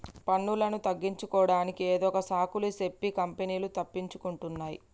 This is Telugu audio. పన్నులను తగ్గించుకోడానికి ఏదొక సాకులు సెప్పి కంపెనీలు తప్పించుకుంటున్నాయ్